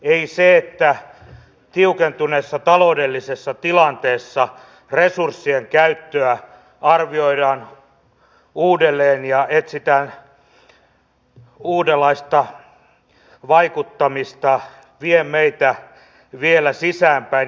ei se että tiukentuneessa taloudellisessa tilanteessa resurssien käyttöä arvioidaan uudelleen ja etsitään uudenlaista vaikuttamista vie meitä vielä sisäänpäin